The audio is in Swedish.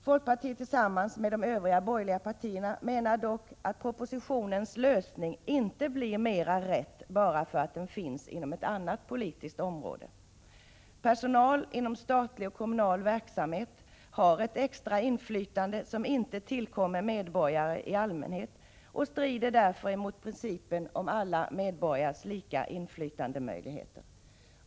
Folkpartiet menar dock, tillsammans med de övriga borgerliga partierna, att propositionens lösning inte blir mera rätt bara för att den redan finns inom ett annat politiskt område. Personalen inom statlig och kommunal verksamhet har ett extra inflytande, som inte tillkommer medborgare i allmänhet. Det strider därför mot principen om alla medborgares lika rätt till inflytande.